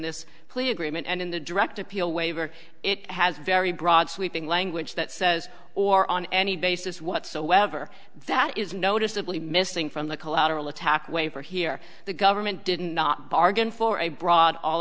plea agreement and in the direct appeal waiver it has very broad sweeping language that says or on any basis whatsoever that is noticeably missing from the collateral attack wafer here the government did not bargain for a broad all